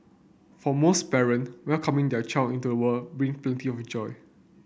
for most parent welcoming their child into the world bring plenty of joy